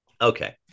Okay